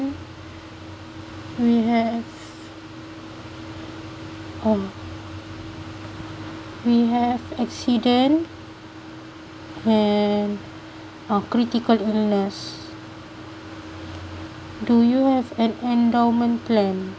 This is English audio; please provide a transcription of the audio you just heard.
we have oh we have accident have uh critical illness do you have an endowment plan